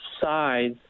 size